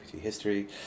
history